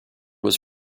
was